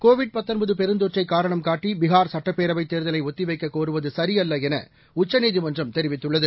Covid பெருந்தொற்றை காரணம் காட்டி பீகார் சட்டப்பேரவை தேர்தலை ஒத்தி வைக்கக் கோருவது சரியல்ல என உச்சநீதிமன்றம் தெரிவித்துள்ளது